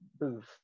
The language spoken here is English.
booth